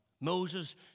Moses